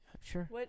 Sure